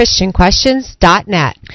ChristianQuestions.net